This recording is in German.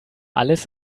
alles